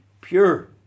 pure